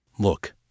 Look